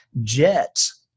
jets